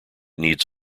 needs